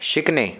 शिकणे